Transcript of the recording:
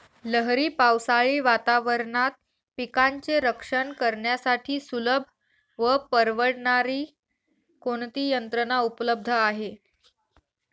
लहरी पावसाळी वातावरणात पिकांचे रक्षण करण्यासाठी सुलभ व परवडणारी कोणती यंत्रणा उपलब्ध आहे?